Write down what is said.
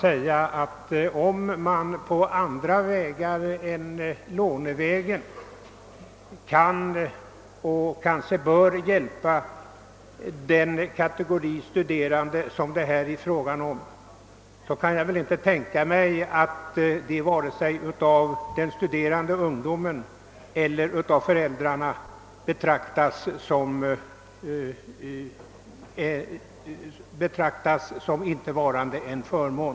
Om man även på andra vägar än lånevägen kan hjälpa den kategori studerande som det här är fråga om kan jag inte tänka mig annat än att både de studerande och deras föräldrar betraktar det som en förmån.